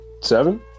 Seven